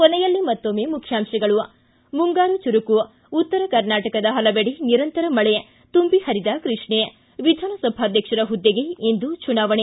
ಕೊನೆಯಲ್ಲಿ ಮತ್ತೊಮ್ಮೆ ಮುಖ್ಯಾಂತಗಳು ಿ ಮುಂಗಾರು ಚುರುಕು ಉತ್ತರ ಕರ್ನಾಟಕದ ಹಲವೆಡೆ ನಿರಂತರ ಮಳೆ ತುಂಬಿ ಪರಿದ ಕೃಷ್ಣ ಿ ವಿಧಾನಸಭಾಧ್ಯಕ್ಷರ ಹುದ್ದೆಗೆ ಇಂದು ಚುನಾವಣೆ